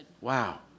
Wow